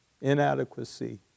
inadequacy